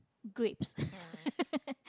grapes